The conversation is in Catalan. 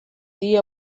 dia